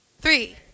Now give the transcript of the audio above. three